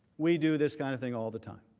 we do this kind of thing all the time.